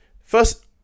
first